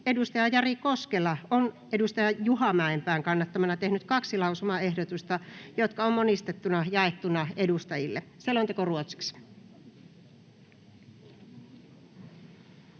on Jari Koskela Juha Mäenpään kannattamana tehnyt kaksi lausumaehdotusta, jotka on monistettuna jaettu edustajille. (Pöytäkirjan